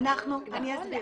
אני,